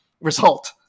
result